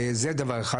זה דבר אחד.